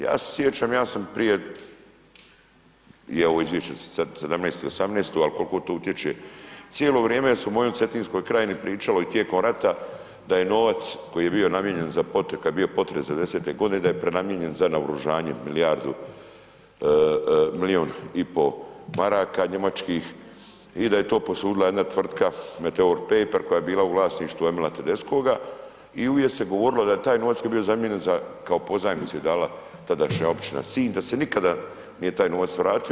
Ja se sjećam ja sam prije i ovo izvješće je sad za '17. i '18. tu ali koliko to utječe cijelo vrijeme jer se u mojoj Cetinskoj krajini pričalo i tijekom rata da je novac koji je bio namijenjen za potres, kada je bio potres '90.-te godine da je prenamijenjen za naoružanje milijardu, milijun i pol maraka njemačkih i da je to posudila jedna tvrtka Meteor Paper koja je bila u vlasništvu Emila Tedeschoga i uvijek se govorilo da je taj novac koji je bio zamijenjen za, kao pozajmicu je dala tadašnja općina Sinj, da se nikada nije taj novac vratio.